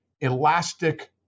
elastic